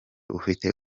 ufite